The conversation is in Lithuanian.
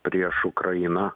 prieš ukrainą